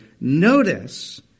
notice